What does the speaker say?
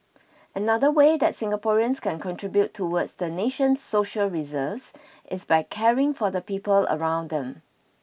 another way that Singaporeans can contribute towards the nation's social reserves is by caring for the people around them